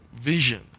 vision